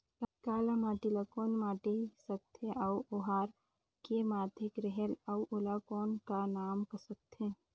काला माटी ला कौन माटी सकथे अउ ओहार के माधेक रेहेल अउ ओला कौन का नाव सकथे?